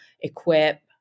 equip